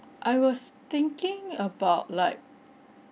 I was thinking about like